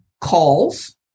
calls